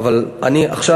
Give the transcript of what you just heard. אני עכשיו,